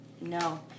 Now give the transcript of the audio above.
no